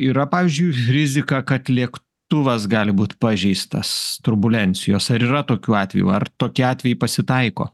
yra pavyzdžiui rizika kad lėktuvas gali būt pažeistas turbulencijos ar yra tokių atvejų ar tokie atvejai pasitaiko